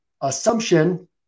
assumption